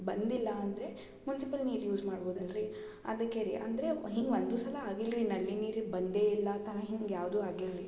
ಬಂದಿಲ್ಲ ಅಂದರೆ ಮುನ್ಸಿಪಲ್ ನೀರು ಯೂಸ್ ಮಾಡ್ಬೋದು ಅಲ್ರಿ ಅದಕ್ಕೆ ರೀ ಅಂದರೆ ಹಿಂಗೆ ಒಂದು ಸಲ ಆಗಿಲ್ಲ ರೀ ನಲ್ಲಿ ನೀರು ಬಂದೇ ಇಲ್ಲಾಂತನ ಹಿಂಗೆ ಯಾವುದು ಆಗಿಲ್ಲ ರೀ